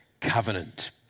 covenant